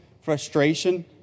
frustration